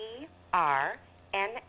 E-R-N